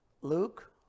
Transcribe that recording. Luke